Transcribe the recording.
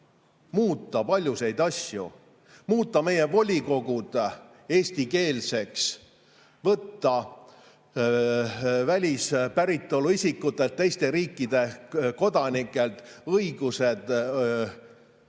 muuta paljusid asju: muuta meie volikogud eestikeelseks, võtta välispäritolu isikutelt, teiste riikide kodanikelt õigus osaleda